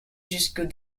jusqu’au